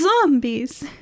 Zombies